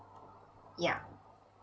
yeah